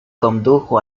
condujo